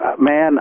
man